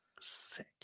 Sick